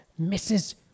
Mrs